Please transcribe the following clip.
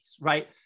right